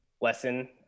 lesson